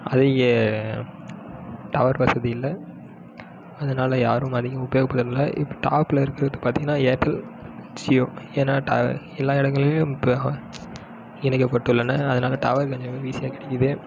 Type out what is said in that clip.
அதிக டவர் வசதி இல்லை அதனால யாரும் அதிகம் உபயோகப்படுத்துவது இல்லை இப்போ டாப்பில் இருக்கிறது பார்த்தீங்கனா ஏர்டல் ஜியோ ஏன்னால் ட எல்லா இடங்களிலியும் இப்போ இணைக்கப்பட்டுள்ளன அதனால டவர் கொஞ்சம் ஈஸியாக கிடைக்குது